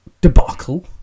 ...debacle